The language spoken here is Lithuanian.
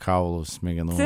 kaulų smegenų